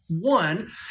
One